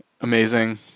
amazing